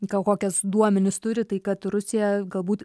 gal kokias duomenis turi tai kad rusija galbūt